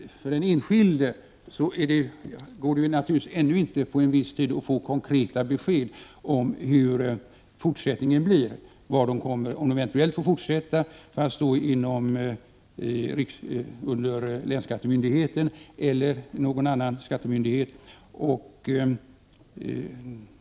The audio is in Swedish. För den enskilde vore det dock ännu viktigare att få konkreta besked om hur fortsättningen blir, om man eventuellt får fortsätta att stå under länsskattemyndigheten eller någon annan myndighet.